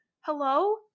hello